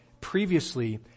Previously